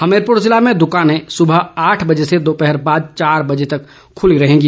हमीरपुर जिले में दुकाने सुबह आठ बजे से दोपहर बाद चार बजे तक खुली रहेंगी